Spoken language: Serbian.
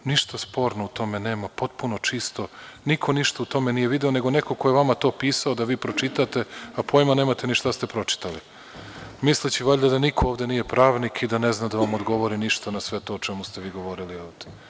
Ništa sporno u tome nema, potpuno čisto, niko ništa u tome nije video, nego neko ko je vama to pisao da vi pročitate, a pojma nemate ni šta ste pročitali, misleći valjda da niko ovde nije pravnik i da ne zna da vam odgovori ništa na sve to o čemu ste vi govorili ovde.